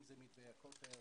אם זה מתווה הכותל,